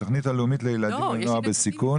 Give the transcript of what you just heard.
התוכנית הלאומית לילידים ונוער בסיכון.